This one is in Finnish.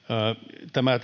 tämä